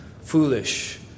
foolish